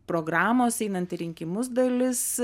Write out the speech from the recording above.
programos einant į rinkimus dalis